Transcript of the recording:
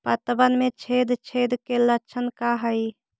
पतबन में छेद छेद के लक्षण का हइ?